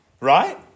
right